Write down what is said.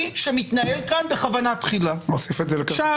נכון.